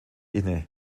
inne